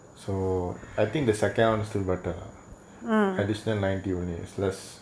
so I think the second understood better lah additional ninety only useless